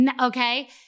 okay